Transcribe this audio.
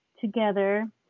together